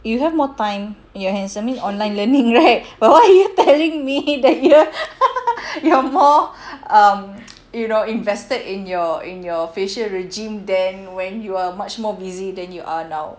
you have more time you're online learning right but why are you telling me that you are more um you know invested in your in your facial regime then when you are much more busy then you are now